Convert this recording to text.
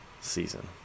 season